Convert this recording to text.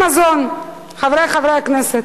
חברי חברי הכנסת,